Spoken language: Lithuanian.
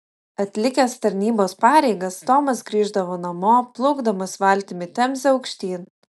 atlikęs tarnybos pareigas tomas grįždavo namo plaukdamas valtimi temze aukštyn